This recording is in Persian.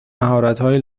مهارتهای